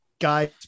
guys